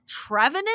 Trevenant